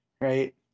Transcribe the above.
right